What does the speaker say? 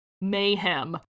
mayhem